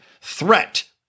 threat